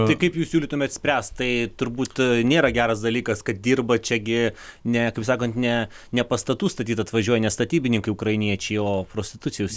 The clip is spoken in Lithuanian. tai kaip jūs siūlytumėt spręsti tai turbūt nėra geras dalykas kad dirba čia gi ne kaip sakant ne ne pastatų statyt atvažiuoja ne statybininkai ukrainiečiai o prostitucijos